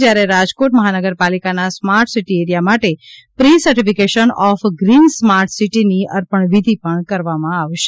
જ્યારે રાજકોટ મહાનગરપાલિકાના smart city area માટેના પ્રિ સર્ટિફિકેશન ઓફ શ્રીન સ્માર્ટ સિટીની અર્પણ વિધિ કરવામાં આવનાર છે